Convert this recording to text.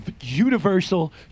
universal